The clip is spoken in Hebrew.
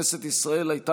(תיקון מס' 6), התשפ"א 2020, התקבלה